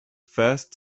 first